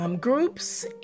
groups